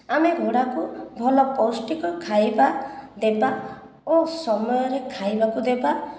ଆମେ ଘୋଡ଼ାକୁ ଭଲ ପୋଷ୍ଟିକ ଖାଇବା ଦେବା ଓ ସମୟରେ ଖାଇବାକୁ ଦେବା